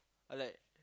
like